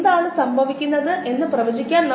അന്നജവും സെല്ലുലോസും ഗ്ലൂക്കോസിന്റെ പോളിമറുകളാണ്